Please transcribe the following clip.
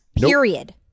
period